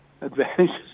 advantages